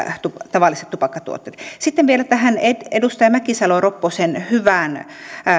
tavalliset tupakkatuotteet sitten vielä tähän edustaja mäkisalo ropposen hyvään